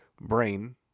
brain